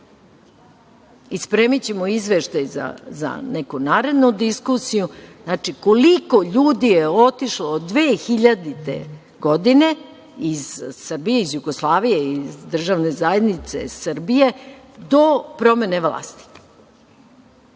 ode. Spremićemo izveštaj za neku narednu diskusiju koliko ljudi je otišlo od 2000. godine iz Srbije, iz Jugoslavije, iz Državne zajednice Srbije, do promene vlasti.